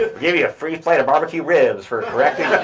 ah give you a free plate of barbecue ribs for correctly